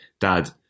Dad